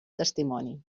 testimoni